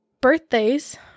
birthdays